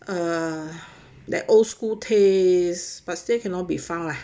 uh that old school tastes but still cannot be found leh